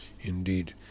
indeed